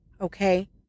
Okay